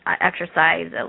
exercise